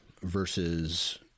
versus